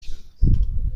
کردم